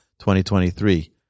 2023